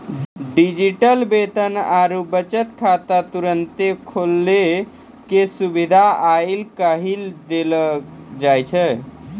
digital वेतन आरु बचत खाता तुरन्ते खोलै के सुविधा आइ काल्हि देलो जाय छै